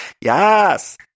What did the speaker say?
Yes